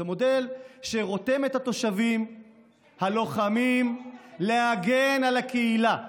זה מודל שרותם את התושבים הלוחמים להגן על הקהילה.